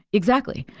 exactly.